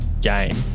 game